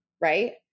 right